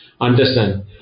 understand